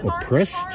oppressed